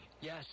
Yes